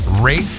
rate